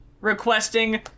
requesting